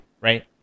right